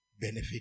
benefit